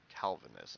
Calvinism